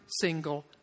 single